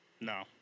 No